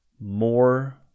more